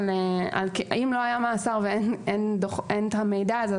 אבל אם לא היה מאסר ואין את המידע הזה,